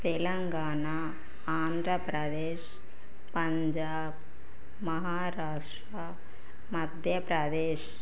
Telangana Andhra Pradesh Punjab Maharashtra Madhya Pradesh